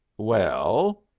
well?